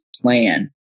plan